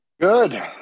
Good